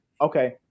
okay